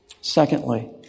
secondly